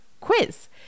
quiz